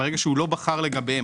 ברגע שלא בחר לגביהם,